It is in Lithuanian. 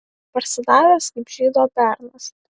parsidavęs kaip žydo bernas